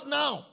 now